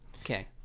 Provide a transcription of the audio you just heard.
okay